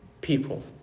people